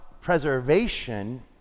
preservation